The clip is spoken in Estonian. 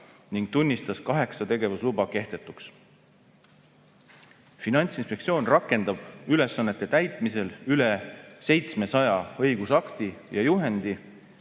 ning tunnistas kaheksa tegevusluba kehtetuks. Finantsinspektsioon rakendab ülesannete täitmisel üle 700 õigusakti ja juhendi